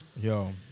Yo